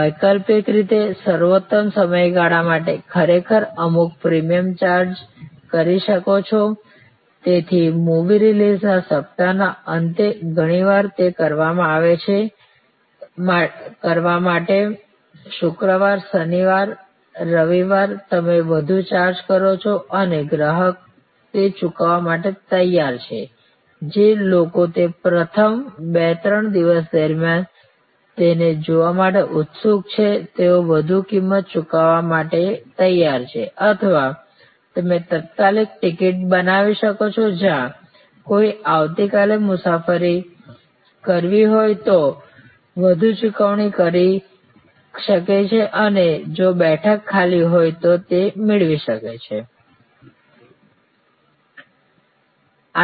વૈકલ્પિક રીતે તમે સર્વોતમ સમયગાળા માટે ખરેખર અમુક પ્રીમિયમ ચાર્જ કરી શકો છો તેથી મૂવી રિલીઝના સપ્તાહના અંતે ઘણીવાર તે કરવા માટે શુક્રવાર શનિવાર રવિવાર તમે વધુ ચાર્જ કરો છો અને ગ્રાહક તે ચૂકવવા માટે તૈયાર છે જે લોકો તે પ્રથમ બે ત્રણ દિવસ દરમિયાન તેને જોવા માટે ઉત્સુક છે તેઓ વધુ કિંમત ચૂકવવા માટે તૈયાર છે અથવા તમે તત્કાલ ટિકિટ બનાવી શકો છો જ્યાં કોઈ આવતીકાલે મુસાફરી કરવી હોય તો વધુ ચૂકવણી કરી શકે છે અને જો બેઠકો ખાલી હોય તો તે મેળવી શકો છો